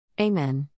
Amen